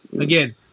Again